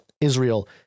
Israel